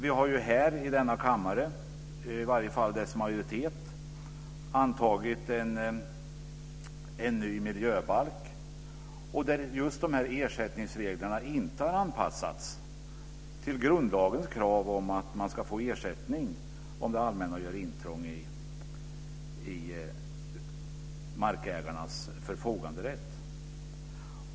Vi har i denna kammare, i varje fall dess majoritet, antagit en ny miljöbalk, där just ersättningsreglerna inte har anpassats till grundlagens krav på att man ska få ersättning om det allmänna gör intrång i markägarnas förfoganderätt.